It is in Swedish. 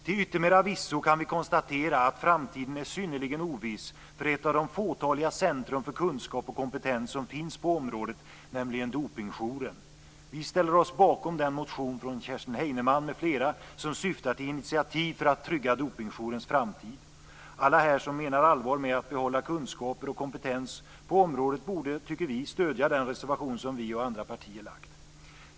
Till yttermera visso kan vi konstatera att framtiden är synnerligen oviss för ett av de fåtaliga centrum för kunskap och kompetens som finns på området, nämligen Dopingjouren. Vi ställer oss bakom den motion från Kerstin Heinemann m.fl. som syftar till initiativ för att trygga Dopingjourens framtid. Alla här som menar allvar med att behålla kunskaper och kompetens på området borde, tycker vi, stödja den reservation som vi och andra partier har lagt.